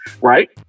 right